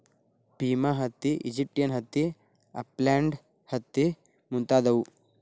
Pima ಹತ್ತಿ, Egyptian ಹತ್ತಿ, upland ಹತ್ತಿ ಮುಂತಾದವು